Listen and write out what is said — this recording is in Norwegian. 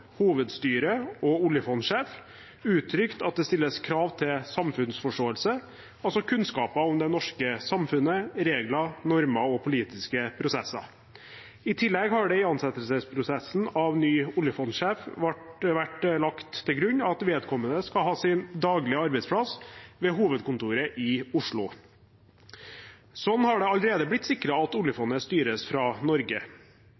og oljefondssjef uttrykt at det stilles krav til samfunnsforståelse, altså kunnskap om det norske samfunnet, regler, normer og politiske prosesser. I tillegg ble det i ansettelsesprosessen for ny oljefondssjef lagt til grunn at vedkommende skal ha sin daglige arbeidsplass ved hovedkontoret i Oslo. Slik har man allerede sikret at oljefondet styres fra Norge.